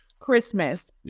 Christmas